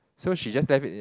so she just left it